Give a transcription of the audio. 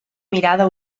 mirada